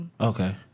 Okay